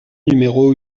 numéro